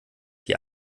die